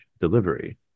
delivery